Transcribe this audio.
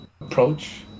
approach